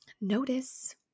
notice